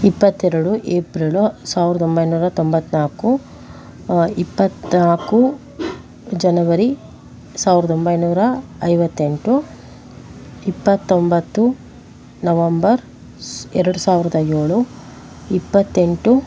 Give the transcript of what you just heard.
ಇಪ್ಪತ್ತೆರಡು ಏಪ್ರಿಲು ಸಾವಿರದ ಒಂಬೈನೂರ ತೊಂಬತ್ತ್ನಾಲ್ಕು ಇಪ್ಪತ್ತ್ನಾಲ್ಕು ಜನವರಿ ಸಾವಿರದ ಒಂಬೈನೂರ ಐವತ್ತೆಂಟು ಇಪ್ಪತ್ತೊಂಬತ್ತು ನವಂಬರ್ ಸ್ ಎರಡು ಸಾವಿರದ ಏಳು ಇಪ್ಪತ್ತೆಂಟು